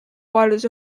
waters